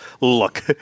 look